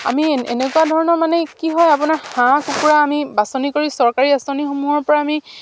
আমি এনেকুৱা ধৰণৰ মানে কি হয় আপোনাৰ হাঁহ কুকুৰা আমি বাছনি কৰি চৰকাৰী আঁচনিসমূহৰ পৰা আমি